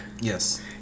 Yes